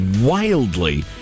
wildly